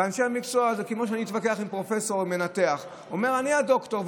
זה כמו שאני אתווכח עם פרופסור מנתח שאומר: אני הדוקטור,